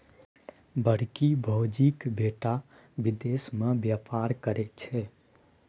बड़की भौजीक बेटा विदेश मे बेपार करय छै